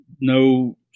no